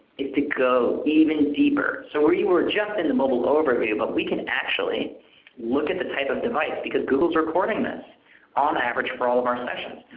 is to go even deeper. so we were just in the mobile overview. but we can actually look at the type of device because google is recording this on average for all of our sessions.